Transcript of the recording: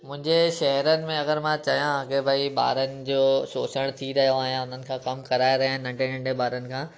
मुंहिंजे शहरनि में अगरि मां चयां की भई ॿारनि जो शोषण थी रहियो आहे उन्हनि खां कमु कराए रहिया आहिनि नंढे नंढे ॿारनि खां